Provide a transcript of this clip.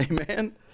Amen